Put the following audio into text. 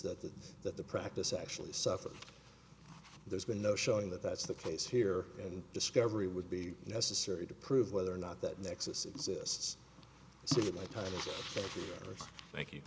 that the that the practice actually suffered there's been no showing that that's the case here and discovery would be necessary to prove whether or not that nexus exists so you'd like to thank you